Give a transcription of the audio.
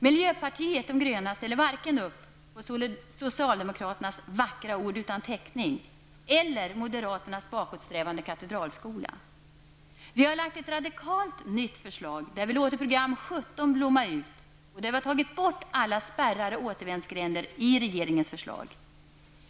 Miljöpartiet de gröna ställer varken upp på socialdemokraternas vackra ord utan täckning eller på moderaternas bakåtsträvande katedralskola. Vi har lagt ett radikalt nytt förslag där vi låter program 17 blomma ut och där vi har tagit bort alla spärrar och återvändsgränder som finns i regeringens förslag.